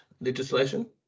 legislation